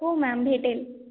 हो मॅम भेटेल